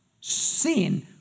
Sin